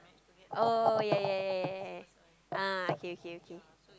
oh ya ya ya ya ya ah okay okay okay